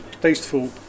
tasteful